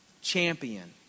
champion